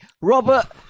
Robert